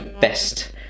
Best